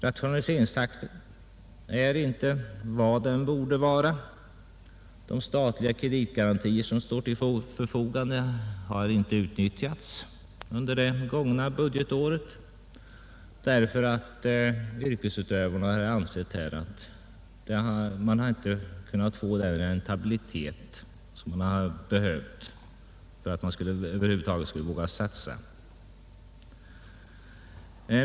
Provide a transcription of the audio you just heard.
Rationaliseringstakten är inte vad den borde vara. De statliga kreditgarantier som står till förfogande har inte utnyttjats under det gånga budgetåret därför att yrkesutövarna ansett att de inte kunnat få den räntabilitet som behövts för att de över huvud taget skulle våga satsa.